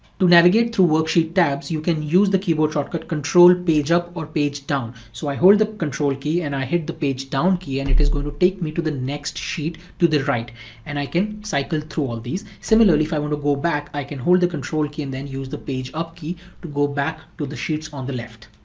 to navigate to worksheet tabs you can use the keyboard shortcut control pageup or pagedown. so i hold the control key and i hit the page down key and it is going to take me to the next sheet to the right and i can cycle through all of these. similarly, if i want to go back, i can hold the control key and then use the page up key to go back to the sheets on the left.